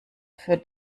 für